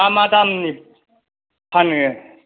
मा मा दामनि फानो